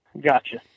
Gotcha